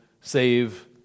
save